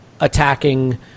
attacking